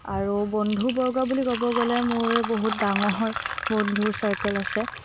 আৰু বন্ধুবৰ্গ বুলি ক'ব গ'লে মোৰ বহুত ডাঙৰ বন্ধুৰ চাৰ্কোল আছে